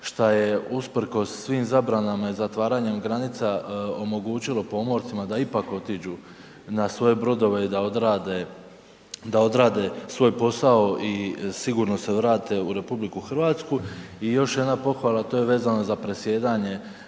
što je usprkos svim zabranama i zatvaranjem granica omogućilo pomorcima da ipak otiđu na svoje brodove i da odrade svoj posao i sigurno se vrate u RH i još jedna pohvala, to je vezano za predsjedanjem